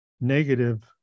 negative